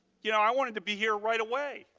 you know, i wanted to be here right away.